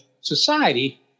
society